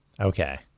Okay